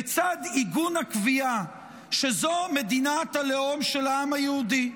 בצד עיגון הקביעה שזאת מדינת הלאום של העם היהודי,